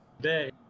day